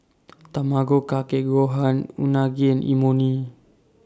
Tamago Kake Gohan Unagi and Imoni